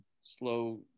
slow